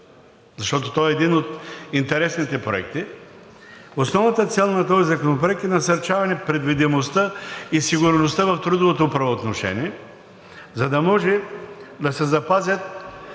защото той е един от интересните проекти, основната цел на този законопроект е насърчаване предвидимостта и сигурността в трудовото правоотношение, за да може да се запазят